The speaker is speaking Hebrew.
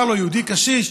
יהודי קשיש,